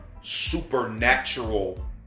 supernatural